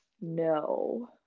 No